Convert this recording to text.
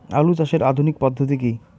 আলু চাষের আধুনিক পদ্ধতি কি?